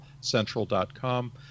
Central.com